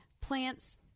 plants